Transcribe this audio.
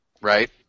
Right